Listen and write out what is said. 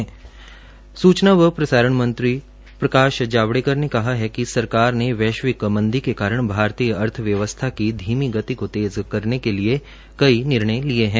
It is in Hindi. सूचना व प्रसारण मंत्री प्रकाश जावड़ेकर ने कहा हैदकि सरकार ने वैश्विक मंदी के कारण भारतीय अर्थव्यवस्था की धीमी गति को तेज करने के लिए कई निर्णय लिए हैं